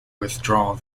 withdraw